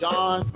John